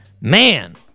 man